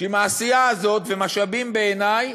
עם העשייה הזאת, ומשאבים, בעיני,